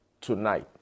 tonight